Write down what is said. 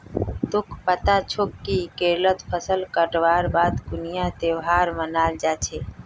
तोक पता छोक कि केरलत फसल काटवार पर कुन्सा त्योहार मनाल जा छे